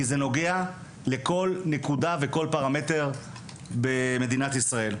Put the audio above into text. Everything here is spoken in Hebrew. כי זה נוגע לכל נקודה ולכל פרמטר במדינת ישראל.